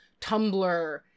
Tumblr